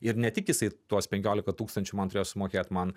ir ne tik jisai tuos penkiolika tūkstančių man turėjo sumokėt man